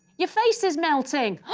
your face is melting! oh!